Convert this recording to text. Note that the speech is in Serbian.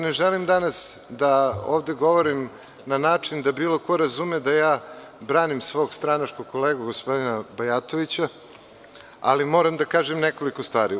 Ne želim danas da ovde govorim na način da bilo ko razume da ja branim svog stranačkog kolegu gospodina Bajatovića, ali moram da kažem nekoliko stvari.